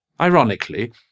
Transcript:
Ironically